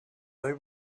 they